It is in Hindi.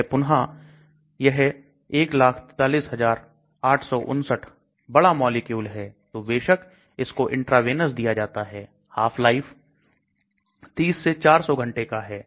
यह पुन्हा यह 143859 बड़ा मॉलिक्यूल है तो बेशक इसको इंट्रावेनस दिया जाता है half time 30 से 400 घंटे का है